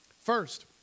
First